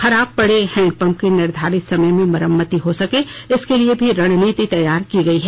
खराब पड़े हैण्डपम्प की निर्धारित समय में मरम्मती हो सके इसके लिए भी रणनीति तैयार की गई है